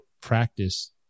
practice